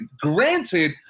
Granted